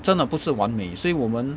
真的不是完美所以我们